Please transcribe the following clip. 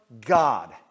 God